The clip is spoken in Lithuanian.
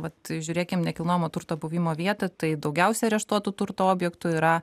vat žiūrėkim nekilnojamo turto buvimo vietą tai daugiausia areštuotų turto objektų yra